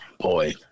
Boy